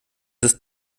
ist